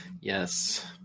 Yes